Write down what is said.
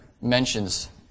mentions